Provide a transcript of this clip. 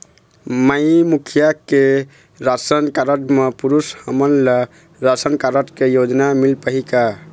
माई मुखिया के ration card म पुरुष हमन ला राशन कारड से योजना मिल पाही का?